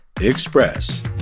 Express